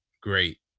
great